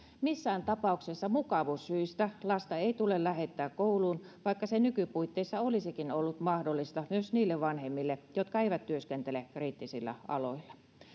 missään tapauksessa mukavuussyistä lasta ei tule lähettää kouluun vaikka se nykypuitteissa olisikin ollut mahdollista myös niille vanhemmille jotka eivät työskentele kriittisillä aloilla